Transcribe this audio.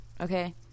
Okay